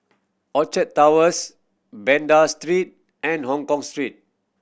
Orchard Towers Banda Street and Hongkong Street